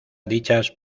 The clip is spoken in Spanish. dichas